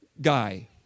guy